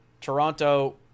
Toronto